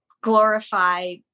glorify